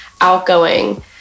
outgoing